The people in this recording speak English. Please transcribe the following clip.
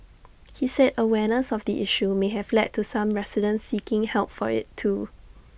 he said awareness of the issue may have led to some residents seeking help for IT too